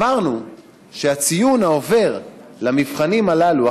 אמרנו שהציון העובר למבחנים הללו,